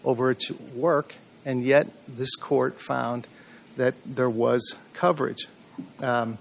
over to work and yet this court found that there was coverage